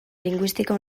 lingüística